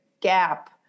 gap